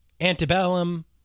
antebellum